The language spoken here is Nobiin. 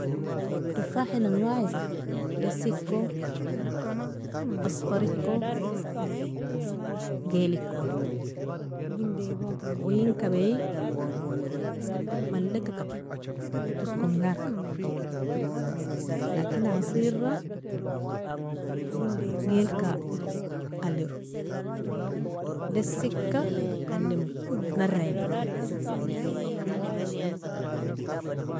Tofahan anwaei desiko, asfariko, gilikoi, oein kabie malika kabro toskongarka lakin asira gilka alero, desika alemo naraienogo.